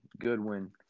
Goodwin